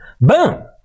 Boom